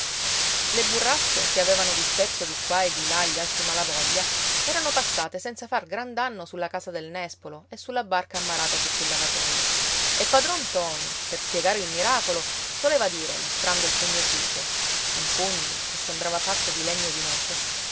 le burrasche che avevano disperso di qua e di là gli altri malavoglia erano passate senza far gran danno sulla casa del nespolo e sulla barca ammarrata sotto il lavatoio e padron ntoni per spiegare il miracolo soleva dire mostrando il pugno chiuso un pugno che sembrava fatto di legno di noce